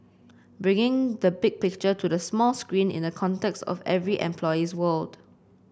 bringing the big picture to the 'small screen' in the context of every employee's world